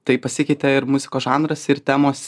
tai pasikeitė ir muzikos žanras ir temos